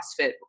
CrossFit